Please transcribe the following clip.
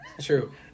true